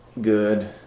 good